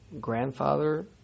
grandfather